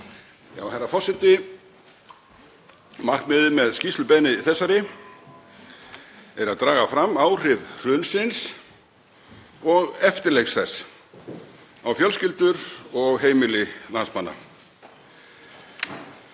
Herra forseti. Markmiðið með skýrslubeiðni þessari er að draga fram áhrif hrunsins og eftirleiks þess á fjölskyldur og heimili landsmanna.